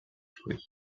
fruits